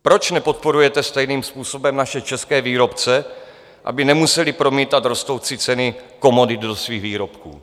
Proč nepodporujete stejným způsobem naše české výrobce, aby nemuseli promítat rostoucí ceny komodit do svých výrobků?